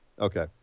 Okay